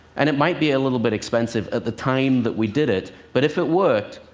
and it might be a little bit expensive at the time that we did it, but if it worked,